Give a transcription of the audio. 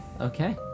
Okay